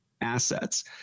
assets